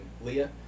Leah